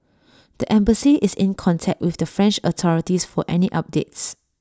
the embassy is in contact with the French authorities for any updates